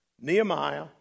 Nehemiah